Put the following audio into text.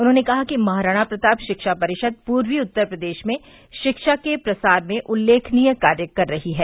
उन्होंने कहा कि महाराणा प्रताप शिक्षा परिषद पूर्वी उत्तर प्रदेश में शिक्षा के प्रसार में उल्लेखनीय कार्य कर रही है